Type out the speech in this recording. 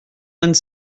vingt